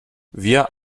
wir